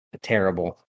terrible